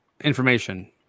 Information